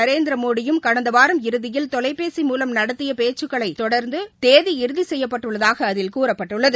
நரேந்திரமோடியும் கடந்தவாரம் இறுதியில் தொலைபேசி மூலம் நடத்தியபேச்சுகடகளைத் தொடர்ந்ததேதி இறுதிசெய்யப்பட்டுள்ளதாகஅதில் கூறப்பட்டுள்ளது